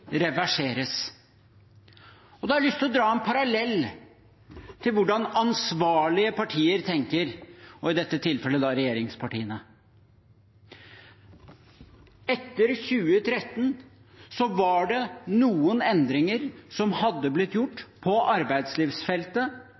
reverseres. Da har jeg lyst til å dra en parallell til hvordan ansvarlige partier tenker, i dette tilfellet regjeringspartiene. Etter 2013 var det noen endringer som hadde blitt gjort på arbeidslivsfeltet